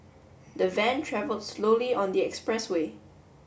the van travelled slowly on the expressway